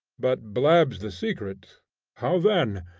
but blabs the secret how then?